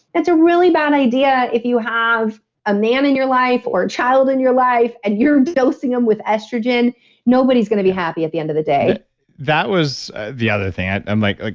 that's a really bad idea if you have a man in your life or a child in your life and you're dosing them with estrogen nobody's going to be happy at the end of the day that was the other thing. i'm like, ah